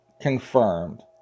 confirmed